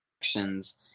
actions